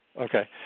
Okay